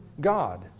God